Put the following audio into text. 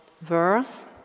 verse